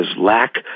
lack